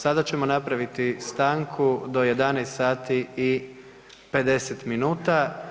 Sada ćemo napraviti stanku do 11 sati i 50 minuta.